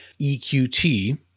EQT